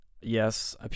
Yes